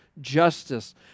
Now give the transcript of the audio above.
justice